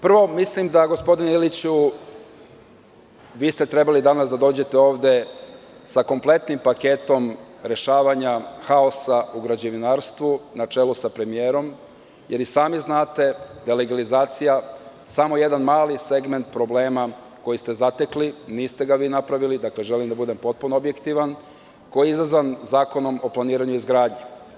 Prvo, gospodine Iliću, mislim da ste trebali danas da dođete ovde sa kompletnim paketom rešavanja haosa u građevinarstvu, na čelu sa premijerom, jer i sami znate da je legalizacija samo jedan mali segment problema koji ste zatekli, niste ga vi napravili, želim da budem potpuno objektivan, koji je izazvan Zakonom o planiranju i izgradnji.